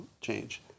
change